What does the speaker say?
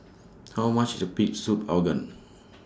How much IS Pig Soup Organ